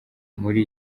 muri